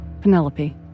Penelope